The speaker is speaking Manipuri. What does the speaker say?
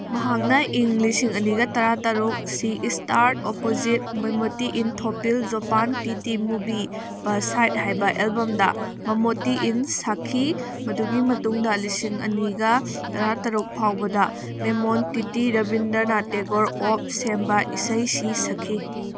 ꯃꯍꯥꯛꯅ ꯏꯪ ꯂꯤꯁꯤꯡ ꯑꯅꯤꯒ ꯇꯔꯥꯇꯔꯨꯛ ꯁꯤ ꯏꯁꯇꯥꯔꯠ ꯑꯣꯄꯣꯖꯤꯠ ꯃꯣꯏꯃꯣꯇꯤ ꯏꯟ ꯊꯣꯄꯤꯜ ꯖꯣꯄꯥꯟ ꯇꯤ ꯇꯤ ꯃꯨꯚꯤ ꯕꯥ ꯁꯥꯏꯠ ꯍꯥꯏꯕ ꯑꯦꯜꯕꯝꯗ ꯃꯃꯣꯇꯤ ꯏꯟ ꯁꯥꯈꯤ ꯃꯗꯨꯒꯤ ꯃꯇꯨꯡꯗ ꯂꯤꯁꯤꯡ ꯑꯅꯤꯒ ꯇꯔꯥꯇꯔꯨꯛ ꯐꯥꯎꯕꯗ ꯃꯦꯃꯣꯟ ꯇꯤꯇꯤ ꯔꯕꯤꯟꯗ꯭ꯔꯅꯥꯠ ꯇꯦꯒꯣꯔ ꯑꯣꯞ ꯁꯦꯝꯕ ꯏꯁꯩꯁꯤ ꯁꯛꯈꯤ